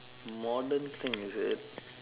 modern thing is it